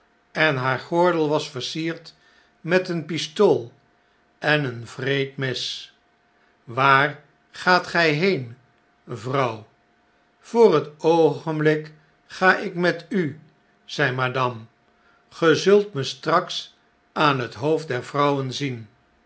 onschadeiyke werk enhaargordel was versierd met een pistool en een wreed mes waar gaat gy heen vrouw voor het oogenblik ga ik met u zei madame age zult me straks aan het hoofd der vrouwen zienl